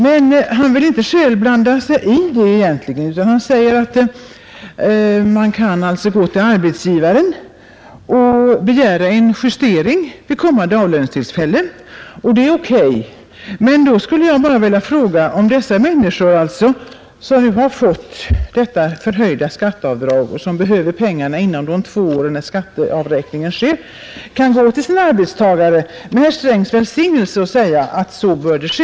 Men finansministern vill inte själv blanda sig i detta utan säger att arbetstagaren kan gå till arbetsgivaren och begära en justering vid kommande avlöningstillfälle. Då skulle jag bara vilja fråga om dessa människor, som har fått det förhöjda skatteavdraget och som behöver pengarna innan skatteavräkningen sker om två år, kan gå till sin arbetsgivare med herr Strängs välsignelse och begära en justering.